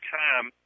time